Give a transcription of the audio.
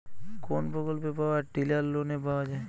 কোন প্রকল্পে power tiller লোনে পাওয়া য়ায়?